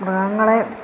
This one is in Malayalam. മൃഗങ്ങളെ